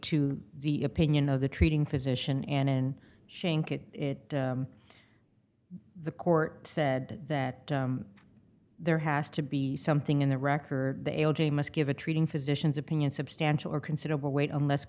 to the opinion of the treating physician and in shank it it the court said that there has to be something in the record the l j must give a treating physicians opinion substantial or considerable weight unless